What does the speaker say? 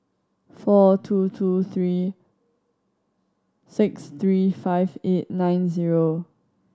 four two two three six three five eight nine zero